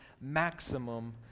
maximum